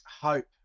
Hope